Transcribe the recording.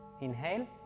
inhale